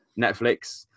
Netflix